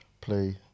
play